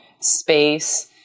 space